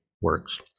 works